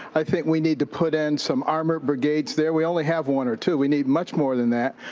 i think we need to put in some armored brigades there. we only have one or two. we need much more than that.